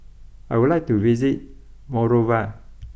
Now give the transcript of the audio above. I would like to visit Monrovia